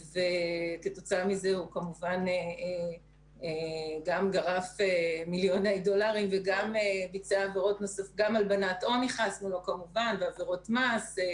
כתוצאה מכך הוא גם נכנס לגדר העבירות של הלבנת הון ועבירות מס נוספות.